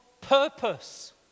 purpose